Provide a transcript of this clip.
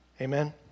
Amen